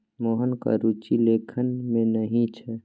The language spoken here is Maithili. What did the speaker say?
मोहनक रुचि लेखन मे नहि छै